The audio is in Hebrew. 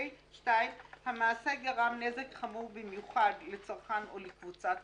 "(2) המעשה גרם נזק חמור במיוחד לצרכן או לקבוצת צרכנים,